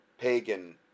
pagan